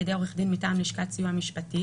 ידי עורך דין מטעם לשכת סיוע משפטי,